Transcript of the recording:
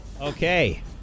Okay